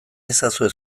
ezazue